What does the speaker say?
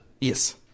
Yes